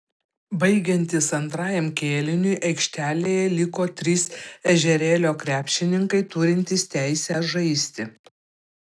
baigiantis antrajam kėliniui aikštelėje liko trys ežerėlio krepšininkai turintys teisę žaisti